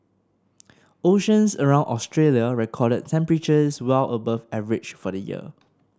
oceans around Australia recorded temperatures well above average for the year